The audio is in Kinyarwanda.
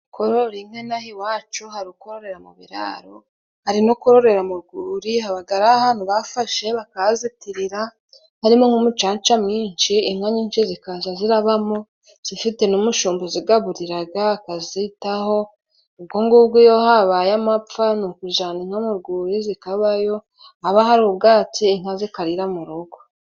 Korora inka ino aha iwacu hari kororera mu biraro, hari no kurorera mu rwuri, habaga ahantu bafashe bakahazitirira, harimo nk'umucaca mwinshi, inka nyinshi zikaza zirabamo zifite n'umushumba uzigaburiraga akazitaho, ubwo ngubwo iyo habaye amapfa ni ukujana inka mu rwuri zikabayo, haba hari ubwatsi inka zikarira mu rugo.